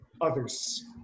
others